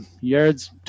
yards